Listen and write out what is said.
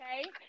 okay